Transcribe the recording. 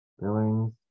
Billings